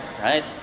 right